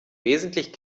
wesentlich